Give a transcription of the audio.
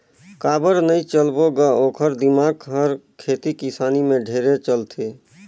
काबर नई चलबो ग ओखर दिमाक हर खेती किसानी में ढेरे चलथे